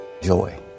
Joy